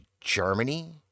Germany